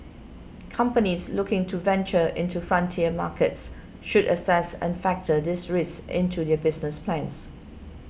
companies looking to venture into frontier markets should assess and factor these risks into their business plans